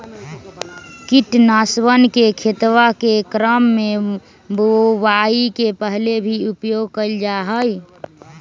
कीटनाशकवन के खेतवा के क्रम में बुवाई के पहले भी उपयोग कइल जाहई